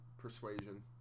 Persuasion